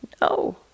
no